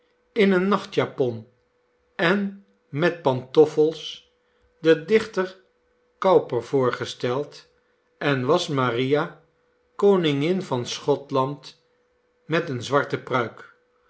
in eene nachtjapon en met pantoffels den dichter cowper voorgesteld en was maria koningin van schotland met eene zwarte pruik